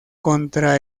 contra